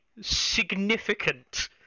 significant